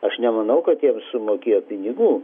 aš nemanau kad jiems sumokėjo pinigų